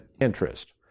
interest